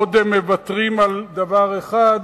עוד הם מוותרים על דבר אחד,